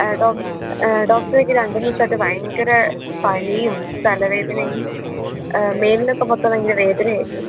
ആ ഡോക് ഡോക്ടറേ എനിക്ക് രണ്ടൂ മൂന്നു ദിവസമായിട്ട് ഭയങ്കര പനിയും തലവേദനയും ആ മേലിനൊക്കെ മൊത്തം ഭയങ്കര വേദനയായിരുന്നു